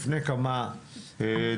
לפני כמה דקות.